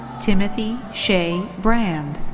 timothy shay brand.